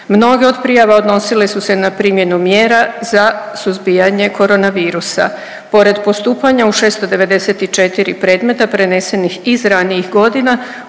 Mnoge od prijava odnosile su se na primjenu mjera za suzbijanje Korona virusa. Pored postupanja u 694 predmeta prenesenih iz ranijih godina